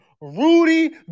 Rudy